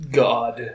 god